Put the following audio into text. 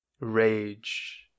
rage